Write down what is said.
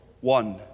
one